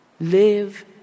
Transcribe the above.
Live